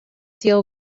deal